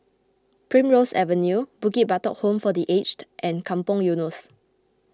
Primrose Avenue Bukit Batok Home for the Aged and Kampong Eunos